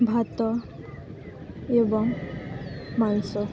ଭାତ ଏବଂ ମାଂସ